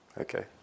Okay